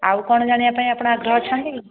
ଆଉ କଣ ଜାଣିବା ପାଇଁ ଆପଣ ଆଗ୍ରହ ଅଛନ୍ତି